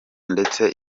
ndetse